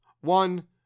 One